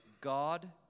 God